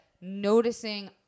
noticing